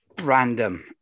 random